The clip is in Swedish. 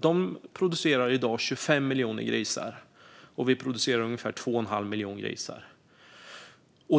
De producerar i dag 25 miljoner grisar, och vi producerar ungefär 2 1⁄2 miljon grisar.